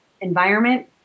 environment